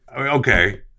Okay